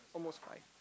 almost fight